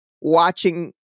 watching